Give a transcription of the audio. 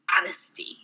honesty